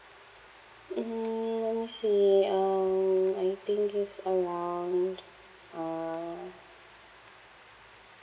mmhmm let me see um I think is around uh